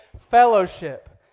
Fellowship